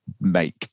make